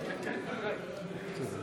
אדוני